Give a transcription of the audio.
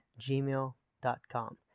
gmail.com